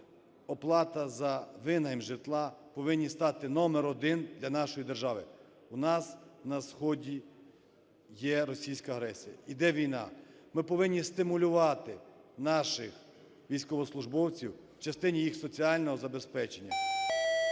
оплата за винайм житла повинні стати номер один для нашої держави. У нас на сході є російська агресія, йде війна. Ми повинні стимулювати наших військовослужбовців в частині їх соціального забезпечення,